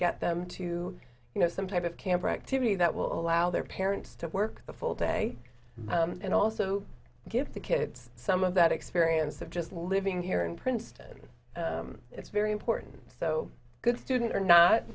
get them to you know some type of camp or activity that will allow their parents to work the full day and also give the kids some of that experience of just living here in princeton it's very important so good student or not